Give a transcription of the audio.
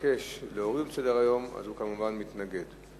מבקש להוריד מסדר-היום, הוא כמובן מתנגד.